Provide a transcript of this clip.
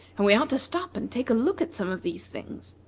and we ought to stop and take a look at some of these things.